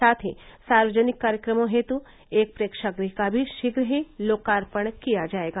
साथ ही सार्वजनिक कार्यक्रमों हेतु एक प्रेक्षागृह का भी शीघ्र ही लोकार्यण किया जाएगा